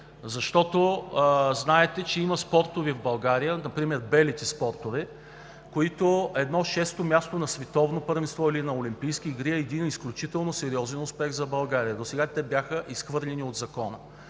защото знаете, че има спортове в България, например белите спортове, за които шесто място на световно първенство или на олимпийски игри е един изключително сериозен успех за България, а досега те бяха изхвърлени от Закона.